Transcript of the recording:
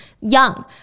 Young